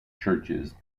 churches